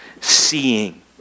seeing